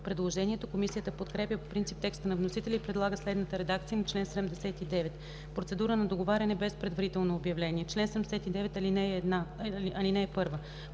предложението. Комисията подкрепя по принцип текста на вносителя и предлага следната редакция на чл. 79: „Процедура на договаряне без предварително обявление Чл. 79.